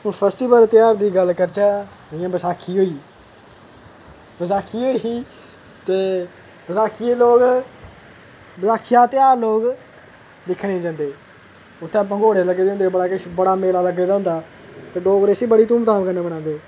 हून फेस्टिवल त्योहार दी गल्ल करचै जि'यां बैसाखी होई बैसाखी होई ही ते बसाखियै ई लोग बसाखियै दा ध्यार लोग दिक्खने ई जंदे उ'त्थें भगूड़े लग्गे दे होंदे बड़ा किश बड़ा मेला लग्गे दा होंदा ते डोगरे इसी बड़ी धूमधाम कन्नै बनांदे